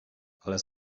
ale